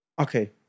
Okay